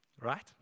Right